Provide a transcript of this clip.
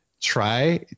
try